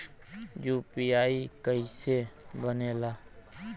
UPI कईसे बनेला?